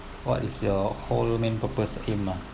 what is your whole main purpose aim ah